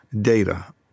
data